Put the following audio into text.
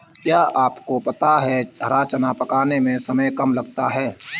क्या आपको पता है हरा चना पकाने में समय कम लगता है?